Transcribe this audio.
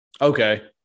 Okay